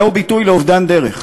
זהו ביטוי לאובדן דרך.